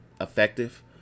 Effective